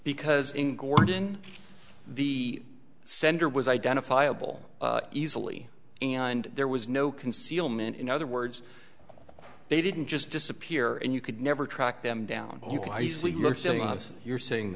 because in gordon the sender was identifiable easily and there was no concealment in other words they didn't just disappear and you could never track them down you